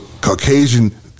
Caucasian